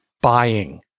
buying